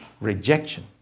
rejection